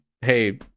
hey